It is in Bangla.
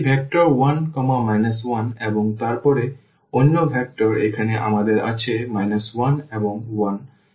সুতরাং এটি ভেক্টর 1 1 এবং তারপরে অন্য ভেক্টর এখানে আমাদের আছে 1 এবং 1 এবং তৃতীয় ভেক্টর 1 এবং 2